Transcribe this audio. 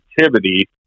activity